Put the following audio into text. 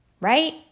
right